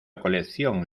colección